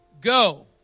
go